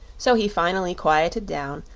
so he finally quieted down,